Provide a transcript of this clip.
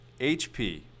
HP